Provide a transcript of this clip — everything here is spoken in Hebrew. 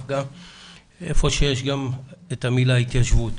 גם המילה התיישבות,